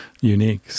unique